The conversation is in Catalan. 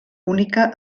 única